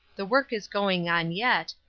the work is going on yet,